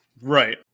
right